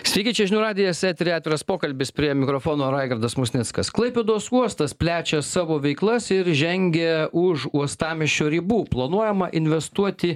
sveiki čia žinių radijas etery atviras pokalbis prie mikrofono raigardas musnickas klaipėdos uostas plečia savo veiklas ir žengia už uostamiesčio ribų planuojama investuoti